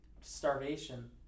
starvation